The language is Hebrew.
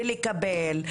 ולקבל,